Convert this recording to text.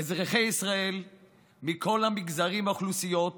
אזרחי ישראל מכל המגזרים והאוכלוסיות